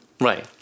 Right